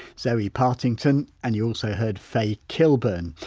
zoe partington and you also heard fae killburn.